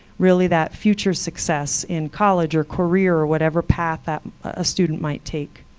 really that future success in college, or career, or whatever path that a student might take.